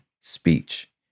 speech